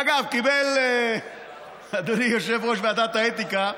אגב, אדוני יושב-ראש ועדת האתיקה,